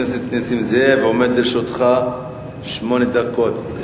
עומדות לרשותך שמונה דקות.